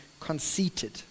conceited